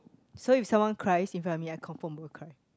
so if someone cries in front of me I confirm will cry